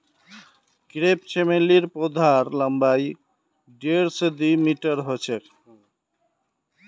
crepe चमेलीर पौधार लम्बाई डेढ़ स दी मीटरेर ह छेक